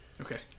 Okay